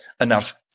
enough